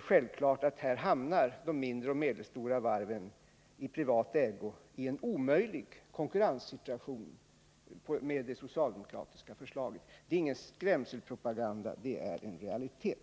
Självfallet försätts de mindre och medelstora varven i privat ägo i en omöjlig konkurrenssituation med det socialdemokratiska förslaget. Det är ingen skrämselpropaganda. Det är en realitet.